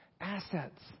Assets